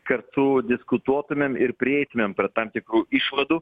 kartu diskutuotumėm ir prieitumėm prie tam tikrų išvadų